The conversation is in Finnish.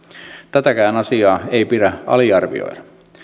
tätäkään asiaa ei pidä aliarvioida